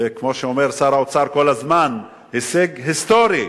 וכמו שאומר שר האוצר כל הזמן: הישג היסטורי.